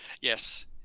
Yes